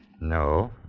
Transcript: No